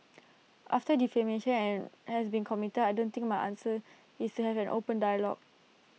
after defamation and has been committed I don't think my answer is to have an open dialogue